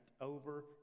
over